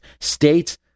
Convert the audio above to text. States